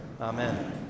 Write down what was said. Amen